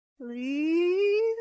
Please